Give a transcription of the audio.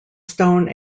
stone